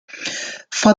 for